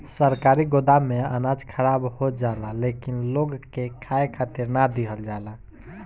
सरकारी गोदाम में अनाज खराब हो जाला लेकिन लोग के खाए खातिर ना दिहल जाला